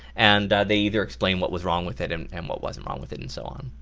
and they either or explain what was wrong with it, and and what wasn't wrong with it, and so on.